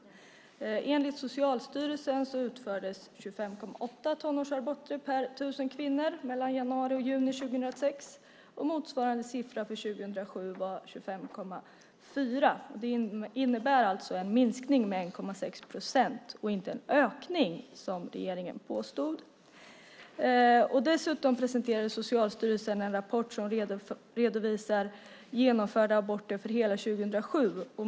Enligt Socialstyrelsen utfördes 25,8 tonårsaborter per tusen kvinnor mellan januari och juni 2006. Motsvarande siffra för 2007 var 25,4. Det innebär alltså en minskning med 1,6 procent och inte en ökning som regeringen påstod. Dessutom presenterade Socialstyrelsen en rapport som redovisar genomförda aborter för hela 2007.